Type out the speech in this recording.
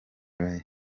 ray